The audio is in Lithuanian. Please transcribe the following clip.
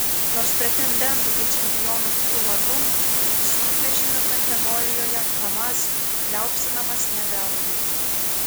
nors pretendentų į čempionų titulą daug sunkvežimių kategorijoje kamaz liaupsinamas ne veltui